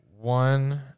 one